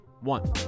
one